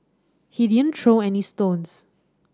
he didn't throw any stones